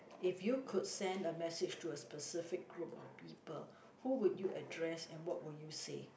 if you could send a message to a specific group of people who would you address and what would you say